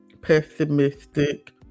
pessimistic